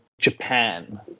Japan